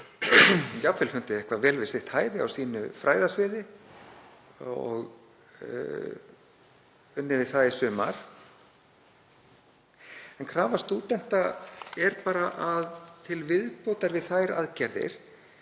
jafnvel fundið eitthvað vel við sitt hæfi á sínu fræðasviði og unnið við það í sumar. En krafa stúdenta er bara að til viðbótar við þær aðgerðir